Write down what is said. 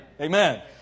Amen